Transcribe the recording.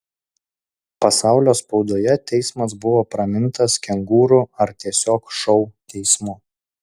pasaulio spaudoje teismas buvo pramintas kengūrų ar tiesiog šou teismu